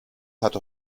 hatte